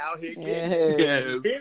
yes